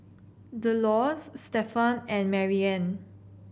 Delores Stefan and Marianne